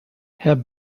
herr